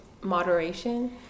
moderation